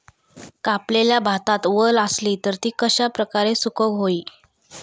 कापलेल्या भातात वल आसली तर ती कश्या प्रकारे सुकौक होई?